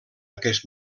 aquest